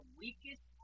weakest